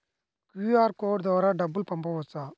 QR code ద్వారా డబ్బులు పంపవచ్చా?